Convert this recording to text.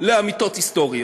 לאמיתות היסטוריות.